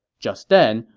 just then,